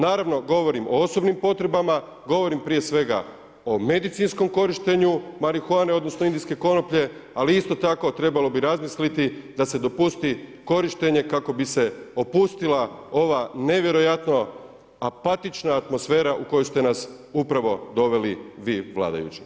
Naravno, govorim o osobnim potrebama, govorim prije svega o medicinskom korištenju marihuane, odnosno indijske konoplje, ali isto tako trebalo bi razmisliti da se dopusti korištenje kako bi se opustila ova nevjerojatno apatična atmosfera u koju ste nas upravo doveli vi vladajući.